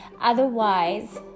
Otherwise